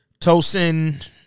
Tosin